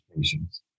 patients